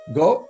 go